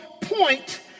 point